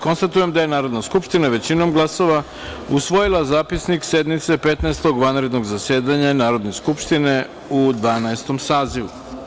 Konstatujem da je Narodna skupština većinom glasova usvojila Zapisnik sednice Petnaestog vanrednog zasedanja Narodne skupštine u Dvanaestom sazivu.